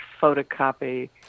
photocopy